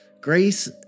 grace